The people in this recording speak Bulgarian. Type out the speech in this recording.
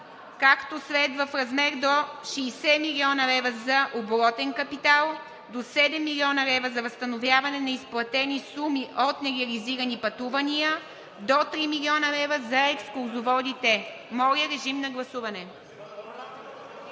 както следва: до 60 млн. лв. за оборотен капитал, до 7 млн. лв. за възстановяване на изплатени суми от нереализирани пътувания до 3 млн. лв. за екскурзоводите“. Моля, режим на гласуване.